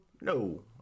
No